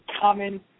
common